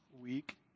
week